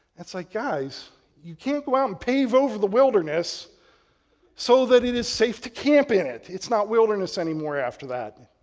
it's like, guys you can't go out and pave over the wilderness so that it is safe to camp in it. it's not wilderness anymore after that.